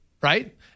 Right